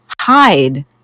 hide